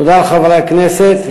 תודה לחברי הכנסת.